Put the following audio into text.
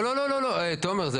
לא, לא, לא, תומר.